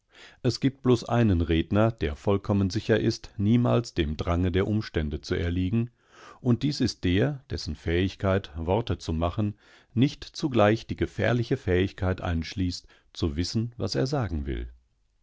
es gibt bloß einen redner der vollkommen sicher ist niemals dem drange der umstände zu erliegen und dies ist der dessen fähigkeit worte zu machen nicht zugleich die gefährlichefähigkeiteinschließt zuwissen wasersagenwill unter